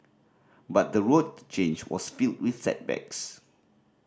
but the road to change was filled with setbacks